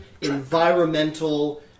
environmental